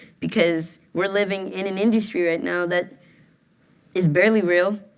because we're living in an industry right now that is barely real,